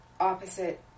opposite